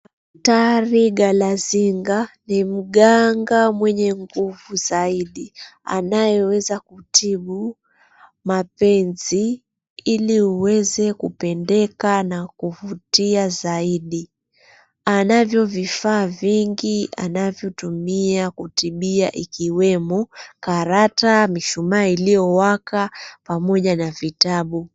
Daktari Garazinga ni mganga mwenye nguvu zaidi anayeweza kutibu mapenzi ili uweze kupendeka na kuvutia zaidi. Anavyo vifaa vingi anavyotumia kutibia ikiwemo karata, mishuma iliyowaka pamoja na vitabu.